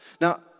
Now